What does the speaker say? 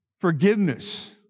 forgiveness